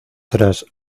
tras